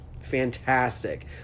fantastic